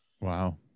wow